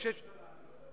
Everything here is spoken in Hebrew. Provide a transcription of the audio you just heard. מי הוא אותו ראש ממשלה?